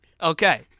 Okay